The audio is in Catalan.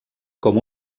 com